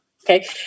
Okay